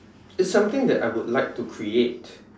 it's something that I would like to create